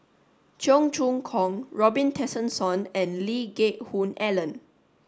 Cheong Choong Kong Robin Tessensohn and Lee Geck Hoon Ellen